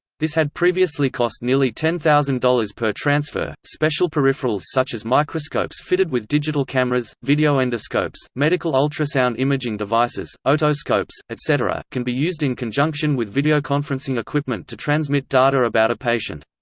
this had previously cost nearly ten thousand dollars per transfer special peripherals such as microscopes fitted with digital cameras, videoendoscopes, medical ultrasound imaging devices, otoscopes, etc, can be used in conjunction with videoconferencing equipment to transmit data about a patient.